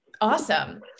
Awesome